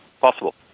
possible